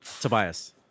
Tobias